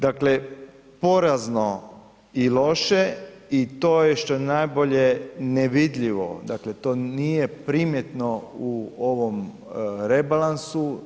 Dakle, porazno i loše i to je što je najbolje nevidljivo, to nije primjetno u ovom rebalansu.